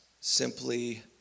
simply